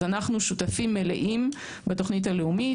אז אנחנו שותפים מלאים בתוכנית הלאומית.